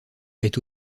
est